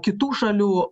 kitų šalių